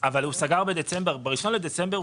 אבל הוא סגר ב-1 דצמבר.